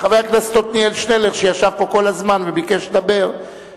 חבר הכנסת עתניאל שנלר שישב פה כל הזמן וביקש לדבר,